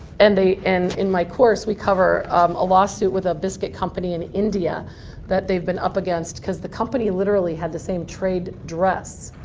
and and in my course we cover a lawsuit with a biscuit company in india that they've been up against because the company literally had the same trade dress.